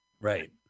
Right